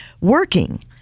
working